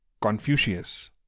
confucius